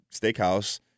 steakhouse